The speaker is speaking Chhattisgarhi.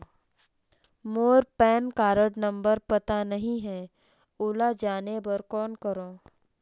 मोर पैन कारड नंबर पता नहीं है, ओला जाने बर कौन करो?